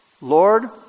Lord